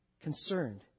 concerned